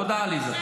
תודה, עליזה.